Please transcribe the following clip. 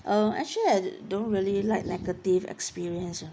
uh actually I don't really like negative experience lah